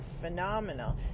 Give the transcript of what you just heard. phenomenal